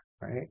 right